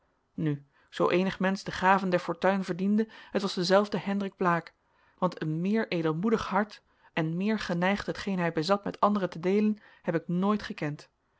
nu zoo eenig mensch de gaven der fortuin verdiende het was dezelfde hendrik blaek want een meer edelmoedig hart en meer geneigd hetgeen hij bezat met anderen te deelen heb ik nooit gekend